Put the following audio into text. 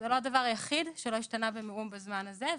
זה לא הדבר היחיד שלא השתנה במאום בזמן הזה,